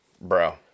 Bro